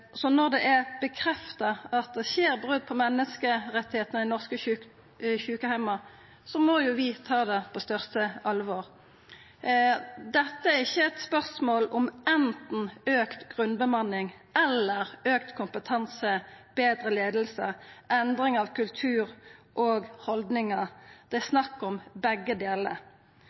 Så når det er stadfesta at det skjer brot på menneskerettane i norske sjukeheimar, må vi ta det på største alvor. Dette er ikkje eit spørsmål om anten auka grunnbemanning eller auka kompetanse, betre leiing, endring av kultur og haldningar, det er snakk om begge delar.